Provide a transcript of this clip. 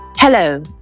Hello